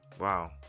Wow